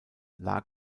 lag